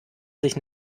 sich